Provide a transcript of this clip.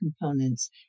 components